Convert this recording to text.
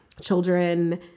children